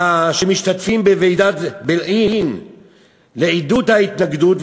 שמשתתפים בוועידת בילעין לעידוד ההתנגדות,